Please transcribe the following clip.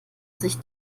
sich